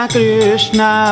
Krishna